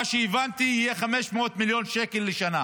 ממה שהבנתי, יהיו 500 מיליון שקל לשנה